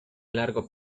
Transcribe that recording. largo